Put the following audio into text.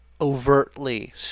overtly